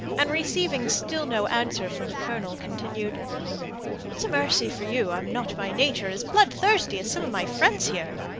and, receiving still no answer from the colonel, continued it's a mercy for you i'm not by nature as bloodthirsty as some of my friends here.